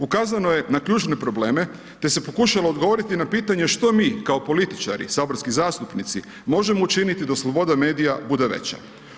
Ukazano je na ključne probleme te se pokušalo odgovoriti na pitanje što mi, kao političari, saborski zastupnici možemo učiniti da sloboda medija bude veća.